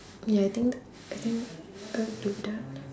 ya I think I think I would do that